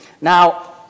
Now